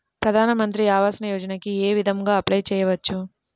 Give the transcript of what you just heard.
ప్రధాన మంత్రి ఆవాసయోజనకి ఏ విధంగా అప్లే చెయ్యవచ్చు?